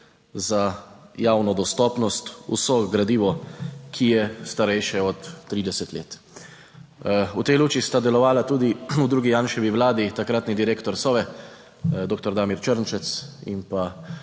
za javno dostopnost vso gradivo, ki je starejše od 30 let. V tej luči sta delovala tudi v drugi Janševi vladi takratni direktor Sove, doktor Damir Črnčec in pa